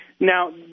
Now